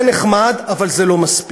זה נחמד, אבל זה לא מספיק.